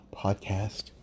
podcast